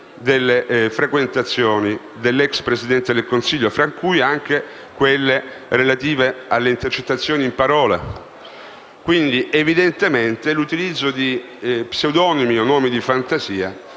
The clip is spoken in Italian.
delle frequentazioni dell'ex Presidente del Consiglio, tra cui anche quelle relative alle intercettazioni in parola. Evidentemente, quindi, l'utilizzo di pseudonimi o di nomi di fantasia